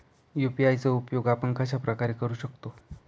UPI चा उपयोग आपण कशाप्रकारे करु शकतो?